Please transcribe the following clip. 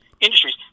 industries